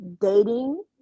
dating